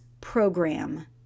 program